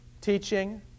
teaching